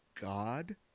God